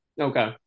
Okay